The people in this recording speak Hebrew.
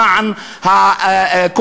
למען כל